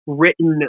written